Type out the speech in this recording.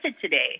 today